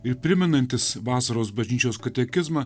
ir primenantis vasaros bažnyčios katekizmą